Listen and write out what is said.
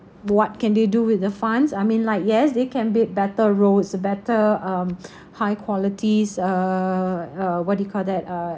what can they do with the funds I mean like yes they can build better roads a better um high quality's uh uh what do you call that uh